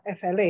FLA